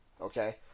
okay